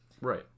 Right